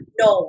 no